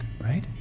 right